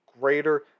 greater